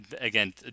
again